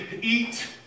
eat